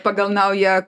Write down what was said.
pagal naują